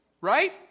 right